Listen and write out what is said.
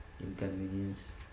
inconvenience